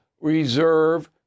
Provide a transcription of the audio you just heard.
reserve